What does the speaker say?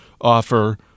offer